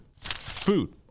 food